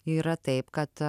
yra taip kad